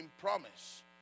promise